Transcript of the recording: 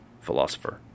philosopher